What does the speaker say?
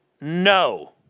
no